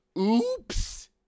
Oops